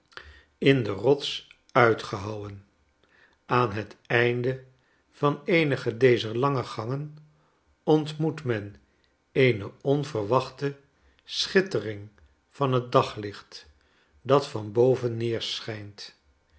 in de rots uitgehouwen aan het einde van eenige dezer lange gangen ontmoet men eene onyerwachte scattering van het daglicht dat van boven